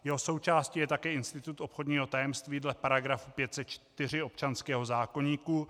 Jeho součástí je také institut obchodního tajemství dle § 504 občanského zákoníku.